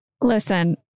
Listen